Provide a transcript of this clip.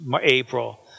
April